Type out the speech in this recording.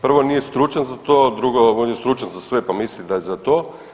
Prvo nije stručan za to, a drugo on je stručan za sve, pa misli da je za to.